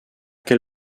quel